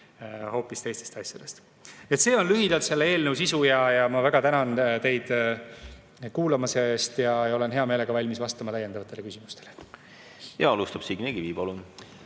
hoopis teistest asjadest. See on lühidalt selle eelnõu sisu. Ma väga tänan teid kuulamise eest ja olen hea meelega valmis vastama täiendavatele küsimustele. Alustab Signe Kivi.